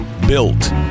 built